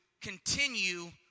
continue